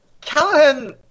Callahan